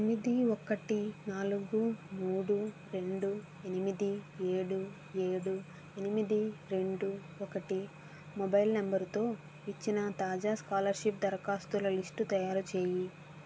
తొమ్మిది ఒకటి నాలుగు మూడు రెండు ఎనిమిది ఏడు ఏడు ఎనిమిది రెండు ఒకటి మొబైల్ నంబరుతో ఇచ్చిన తాజా స్కాలర్షిప్ దరఖాస్తుల లిస్టు తయారు చేయి